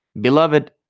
Beloved